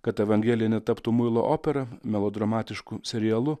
kad evangelija netaptų muilo opera melodramatišku serialu